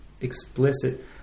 explicit